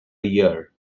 year